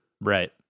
Right